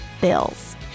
bills